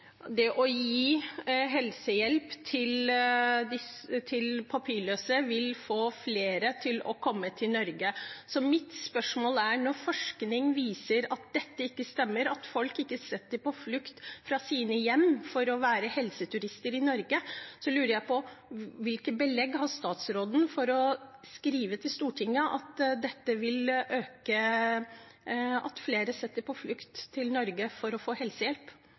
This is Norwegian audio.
det å gi helsehjelp til papirløse, vil få flere til å komme til Norge. Mitt spørsmål er: Når forskning viser at dette ikke stemmer, at folk ikke flykter fra sine hjem for å være helseturister i Norge, lurer jeg på hvilke belegg statsråden har for å skrive til Stortinget at flere flykter til Norge for å få helsehjelp.